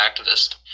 activist